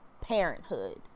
Parenthood